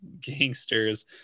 gangsters